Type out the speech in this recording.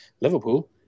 Liverpool